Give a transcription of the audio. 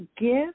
give